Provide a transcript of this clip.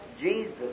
Jesus